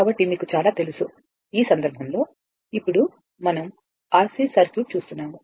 కాబట్టి మీకు చాలా తెలుసు ఈ సందర్భంలో ఇప్పుడు మనం RC సర్క్యూట్ ని చూస్తున్నాము